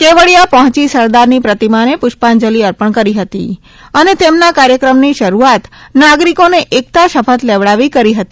કેવડીયા પહોંચી સરદારની પ્રતિમાને પુષ્પાજલિ અર્પણ કરી હતી અને તેમના કાર્ચક્રમનો શરૂઆત નાગરિકોને એકતા શપથ લેવડાવી કરી હતી